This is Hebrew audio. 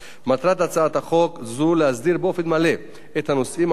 מטרת הצעת חוק זו להסדיר באופן מלא את הנושאים הנוגעים